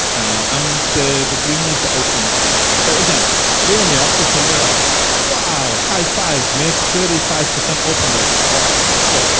um the the green is to open race. so again we're in the office and we like wow highfive mick thirty five percent open race awesome great.